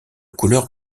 couleur